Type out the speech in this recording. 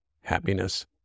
happiness